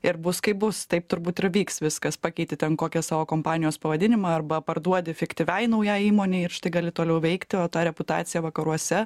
ir bus kaip bus taip turbūt ir vyks viskas pakeiti ten kokią savo kompanijos pavadinimą arba parduodi fiktyviai naujai įmonei ir štai gali toliau veikti o ta reputacija vakaruose